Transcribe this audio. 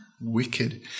Wicked